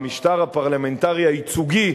במשטר הפרלמנטרי הייצוגי,